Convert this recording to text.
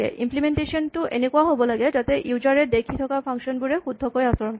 implementation টো এনেকুৱা হ'ব লাগে যাতে ইউজাৰ এ দেখি থকা ফাংচন বোৰে শুদ্ধকৈ আচৰণ কৰে